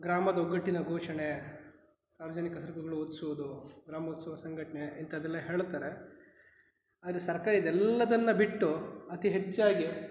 ಗ್ರಾಮದ ಒಗ್ಗಟ್ಟಿನ ಘೋಷಣೆ ಸಾರ್ವಜನಿಕ ಸ್ಕೂಲ್ಗ್ಳಲ್ಲಿ ಒದಿಸುವುದು ಗ್ರಾಮೋತ್ಸವ ಸಂಘಟನೆ ಇಂಥದ್ದೆಲ್ಲ ಹೇಳ್ತಾರೆ ಆದ್ರೆ ಸರ್ಕಾರ ಇದೆಲ್ಲದನ್ನು ಬಿಟ್ಟು ಅತಿ ಹೆಚ್ಚಾಗಿ